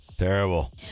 Terrible